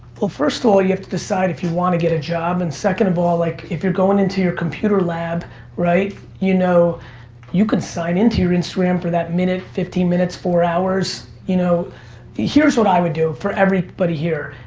well first of all, you have to decide if you want to get a job and second of all, like if you're going into your computer lab you know you could sign into your instagram for that minute, fifteen minutes, four hours. you know here's what i would do for everybody here,